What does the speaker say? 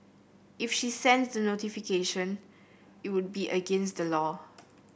if she sends the notification it would be against the law